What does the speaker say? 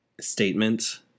statement